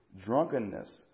drunkenness